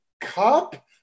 cup